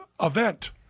event